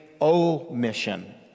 omission